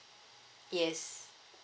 yes